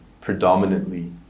predominantly